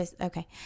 Okay